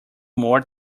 more